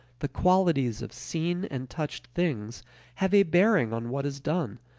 the qualities of seen and touched things have a bearing on what is done,